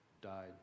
died